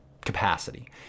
capacity